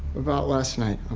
about last night.